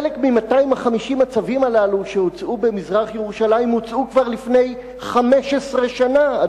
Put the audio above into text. חלק מ-250 הצווים הללו שהוצאו במזרח-ירושלים הוצאו כבר לפני 15 שנה,